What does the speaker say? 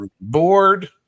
board